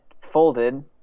folded